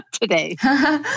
today